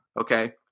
Okay